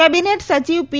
cabinet સચિવ પી